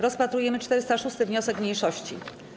Rozpatrujemy 406. wniosek mniejszości.